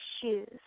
shoes